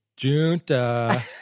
Junta